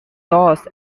doors